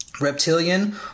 Reptilian